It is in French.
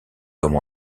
comme